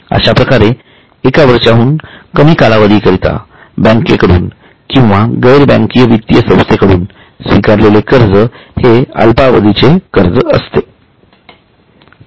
अश्याप्रकारे एकवर्षाहून कमी कालावधी करिता बँकेकडुन किंवा गैरबँकीय वित्तीय संस्थेकडून स्वीकारलेले कर्ज हे अल्पावधीचे कर्ज असेल